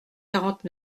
quarante